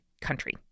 country